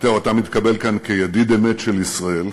מתאו, אתה מתקבל כאן כידיד אמת של ישראל,